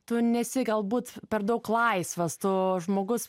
tu nesi galbūt per daug laisvas tu žmogus